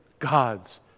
God's